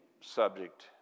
subject